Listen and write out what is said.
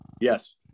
Yes